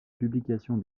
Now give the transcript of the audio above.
publication